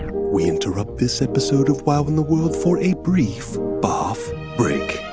we interrupt this episode of wow in the world for a brief barf break